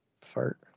Fart